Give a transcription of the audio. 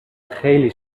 خیلی